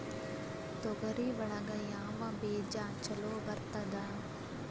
ತೊಗರಿ ಒಳಗ ಯಾವ ಬೇಜ ಛಲೋ ಬರ್ತದ?